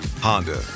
Honda